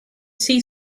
see